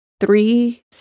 three